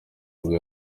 nibwo